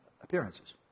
appearances